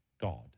God